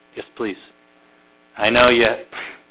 yes, please i know yet